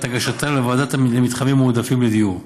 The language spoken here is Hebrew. הגשתה לוועדה למתחמים מועדפים לדיור.